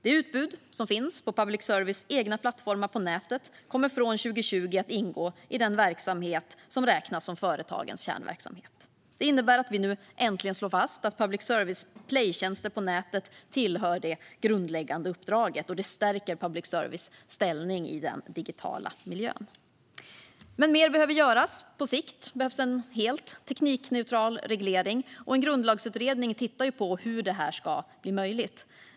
Det utbud som finns på public services egna plattformar på nätet kommer från 2020 att ingå i den verksamhet som räknas som företagens kärnverksamhet. Det innebär att vi nu äntligen slår fast att public services playtjänster på nätet tillhör det grundläggande uppdraget. Det stärker public services ställning i den digitala miljön. Men mer behöver göras. På sikt behövs en helt teknikneutral reglering, och en grundlagsutredning tittar på hur det ska bli möjligt.